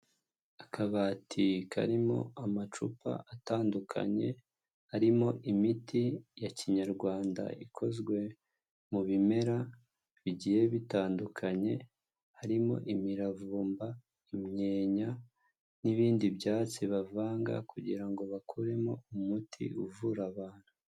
Akabati karimo amacupa atandukanye, harimo imiti ya kinyarwanda ikozwe mu bimera bigiye bitandukanye, harimo imiravumba, imyenya n'ibindi byatsi bavanga kugira ngo bakuremo umuti uvura abantu.